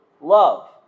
love